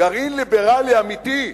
גרעין ליברלי אמיתי.